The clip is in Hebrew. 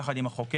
יחד עם החוקר,